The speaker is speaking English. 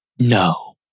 No